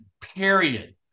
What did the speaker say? period